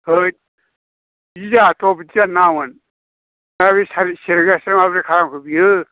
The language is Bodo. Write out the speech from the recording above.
हैद बिदि जायाथ ' बिदि जानो नाङामोन दा बे सेरग्रायासो माबोरै खालामखो बियो